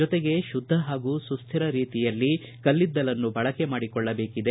ಜೊತೆಗೆ ಶುದ್ಧ ಹಾಗೂ ಸುಸ್ಥಿರ ರೀತಿಯಲ್ಲಿ ಕಲ್ಲಿದ್ದಲನ್ನು ಬಳಕೆ ಮಾಡಿಕೊಳ್ಳಬೇಕಿದೆ